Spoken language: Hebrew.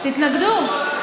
אז תתנגדו.